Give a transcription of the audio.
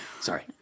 Sorry